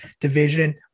division